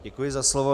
Děkuji za slovo.